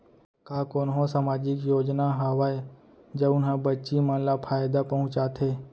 का कोनहो सामाजिक योजना हावय जऊन हा बच्ची मन ला फायेदा पहुचाथे?